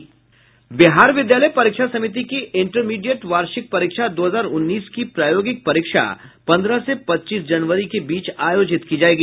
बिहार विद्यालय परीक्षा समिति की इंटरमीडिएट वार्षिक परीक्षा दो हजार उन्नीस की प्रायोगिक परीक्षा पन्द्रह से पच्चीस जनवरी के बीच आयोजित की जायेगी